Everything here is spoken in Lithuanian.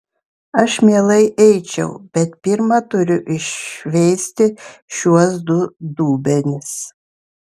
aš mielai eičiau bet pirma turiu iššveisti šiuos du dubenis